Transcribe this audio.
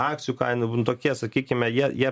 akcijų kainų tokie sakykime jie jie